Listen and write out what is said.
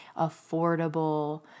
affordable